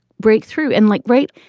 breakthrough and like, great.